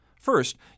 First